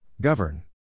Govern